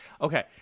Okay